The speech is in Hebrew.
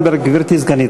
לפי מידע שהובא לידי,